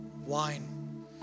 wine